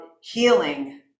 healing